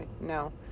No